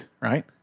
right